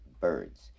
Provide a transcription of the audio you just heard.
birds